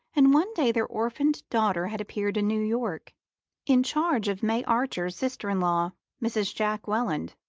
and one day their orphaned daughter had appeared in new york in charge of may archer's sister-in-law, mrs. jack welland,